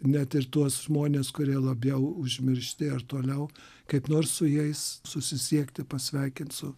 net ir tuos žmones kurie labiau užmiršti ar toliau kaip nors su jais susisiekti pasveikint su